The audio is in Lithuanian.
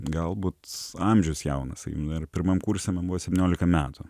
galbūt amžius jaunas ir pirmam kurse man buvo septyniolika metų